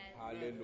Hallelujah